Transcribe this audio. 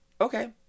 Okay